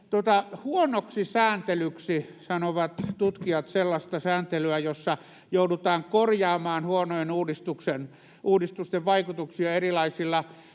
Huonoksi sääntelyksi sanovat tutkijat sellaista sääntelyä, jossa joudutaan korjaamaan huonojen uudistusten vaikutuksia erilaisilla